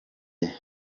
lee